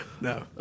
No